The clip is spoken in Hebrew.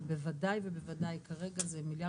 אבל בוודאי ובוודאי כרגע זה מיליארד